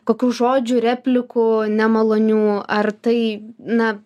kokių žodžių replikų nemalonių ar tai na